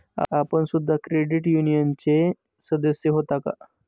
आपण सुद्धा क्रेडिट युनियनचे सदस्य होता का?